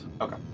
Okay